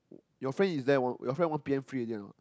your friend is there one your friend one p_M free already or not